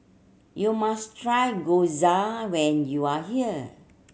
you must try Gyoza when you are here